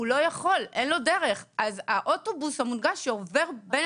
אין לו דרך - אז האוטובוס המונגש שעובר בין